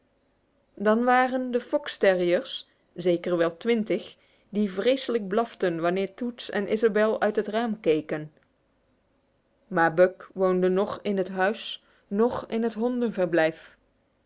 dan waren er de fox terriers zeker wel twintig die vreselijk blaften wanneer toots en ysabel uit het raam keken maar buck woonde noch in het huis noch in het